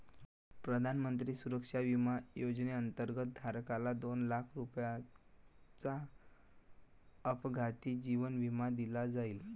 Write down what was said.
प्रधानमंत्री सुरक्षा विमा योजनेअंतर्गत, धारकाला दोन लाख रुपयांचा अपघाती जीवन विमा दिला जाईल